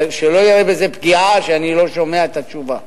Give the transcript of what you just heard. שלא יראה בזה פגיעה שאני לא שומע את התשובה.